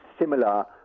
similar